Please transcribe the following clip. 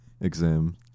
exam